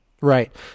right